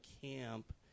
camp